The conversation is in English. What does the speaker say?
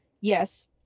Yes